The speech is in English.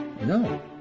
No